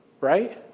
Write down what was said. Right